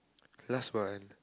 because when